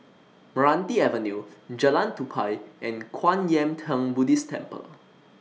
Meranti Avenue Jalan Tupai and Kwan Yam Theng Buddhist Temple